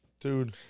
Dude